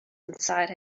inside